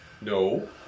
No